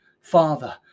Father